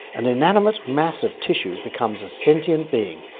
an inanimate mass of tissue becomes a sentient being,